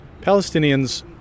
Palestinians